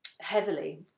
heavily